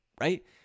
right